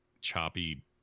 choppy